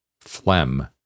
phlegm